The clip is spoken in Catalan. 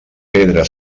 pedra